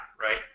right